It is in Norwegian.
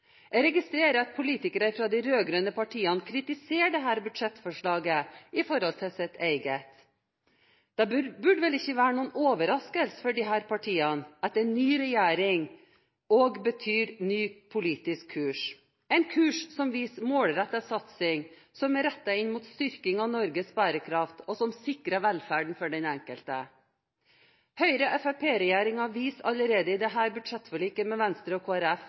Jeg registrerer at politikere fra de rød-grønne partiene kritiserer dette budsjettforslaget i forhold til sitt eget. Det burde vel ikke være noen overraskelse for disse partiene at en ny regjering òg betyr ny politisk kurs – en kurs som viser målrettet satsing, som er rettet inn mot styrking av Norges bærekraft, og som sikrer velferden for den enkelte. Høyre–Fremskrittsparti-regjeringen viser allerede i dette budsjettforliket med Venstre og